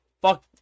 fuck